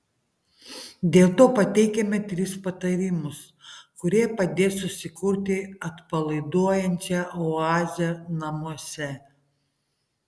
dėl to pateikiame tris patarimus kurie padės susikurti atpalaiduojančią oazę namuose